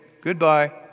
goodbye